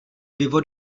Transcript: pivo